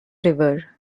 river